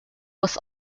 was